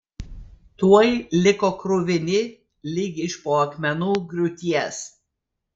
tuoj liko kruvini lyg iš po akmenų griūties